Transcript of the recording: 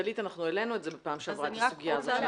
דלית, העלינו בפעם שעברה את הסוגיה הזאת.